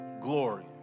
glory